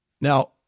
Now